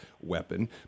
weapon